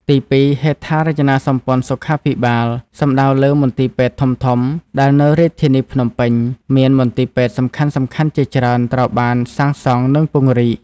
ទីពីរ ហេដ្ឋារចនាសម្ព័ន្ធសុខាភិបាល សំដៅលើមន្ទីរពេទ្យធំៗដែលនៅរាជធានីភ្នំពេញ មានមន្ទីរពេទ្យសំខាន់ៗជាច្រើនត្រូវបានសាងសង់ និងពង្រីក។